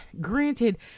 granted